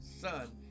son